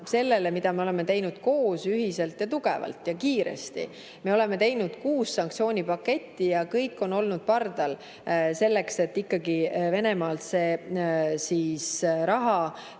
sellele, mida me oleme teinud ühiselt ja tugevalt ja kiiresti. Me oleme teinud kuus sanktsioonipaketti ja kõik on olnud pardal, et Venemaa sõjamasinalt raha